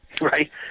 right